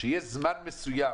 שיהיה זמן מסוים,